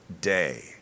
day